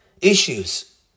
issues